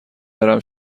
برم